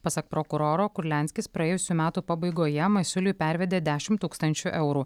pasak prokuroro kurlianskis praėjusių metų pabaigoje masiuliui pervedė dešimt tūkstančių eurų